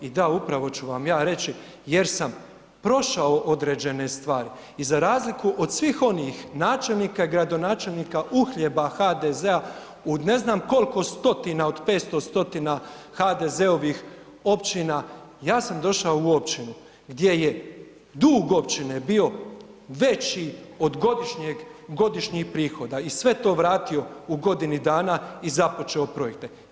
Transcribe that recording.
I da upravo ću vam ja reći jer sam prošao određene stvari i za razliku od svih onih načelnika i gradonačelnika, uhljeba HDZ-a u ne znam kolko stotina od 500 stotina HDZ-ovih općina, ja sam došao u općinu gdje je dug općine bio veći od godišnjeg, godišnjih prihoda i sve to vratio u godini dana i započeo projekte.